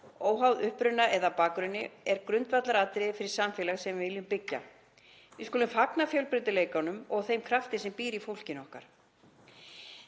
óháð uppruna eða bakgrunni er grundvallaratriði fyrir samfélagið sem við viljum byggja. Við skulum fagna fjölbreytileikanum og þeim krafti sem býr í fólkinu okkar.